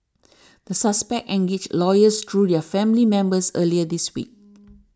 the suspects engaged lawyers through their family members earlier this week